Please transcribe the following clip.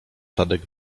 tadek